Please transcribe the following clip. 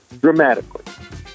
dramatically